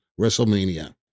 WrestleMania